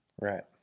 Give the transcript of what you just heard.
Right